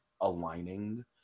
aligning